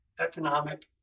economic